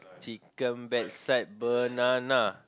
chicken back side banana